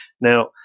Now